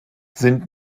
sind